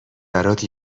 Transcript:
برات